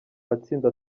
matsinda